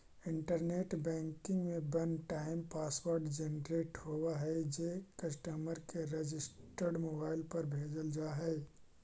internet banking में one time password generate होवऽ हइ जे कस्टमर के रजिस्टर्ड मोबाइल पर भेजल जा हइ